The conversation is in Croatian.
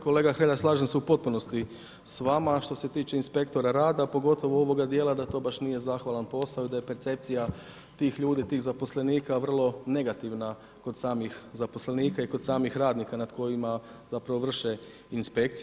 Kolega Hrelja, slažem se u potpunosti s vama što se tiče inspektora rada, pogotovo ovoga dijela da to baš nije zahvalan posao i da je percepcija tih ljudi, tih zaposlenika vrlo negativna kod samih zaposlenika i kod samih radnika nad kojima zapravo vrše inspekciju.